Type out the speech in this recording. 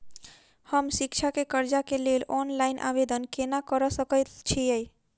हम शिक्षा केँ कर्जा केँ लेल ऑनलाइन आवेदन केना करऽ सकल छीयै?